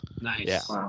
Nice